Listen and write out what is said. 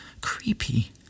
Creepy